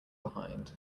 behind